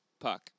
Puck